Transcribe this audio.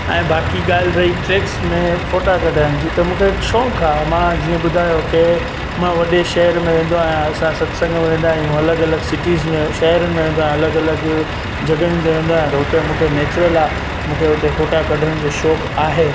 ऐं बाक़ी ॻाल्हि रही ट्रेक्स में फ़ोटा कढाइण जी त मूंखे शौक़ु आहे मां जीअं ॿुधायो के मां वॾे शहिर में वेंदो आहियां असां सत्संग में वेंदा आहियूं अलॻि अलॻि सिटीज़ में शहिर में वेंदा अलॻि अलॻि जॻहयुनि ते वेंदो आहियां त हुते मूंखे नेचरल आहे मूंखे हुते फ़ोटा कढण जो शौक़ु आहे